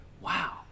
Wow